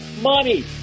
money